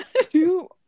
two